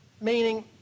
meaning